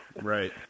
Right